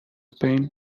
pain